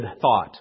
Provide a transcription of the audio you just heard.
thought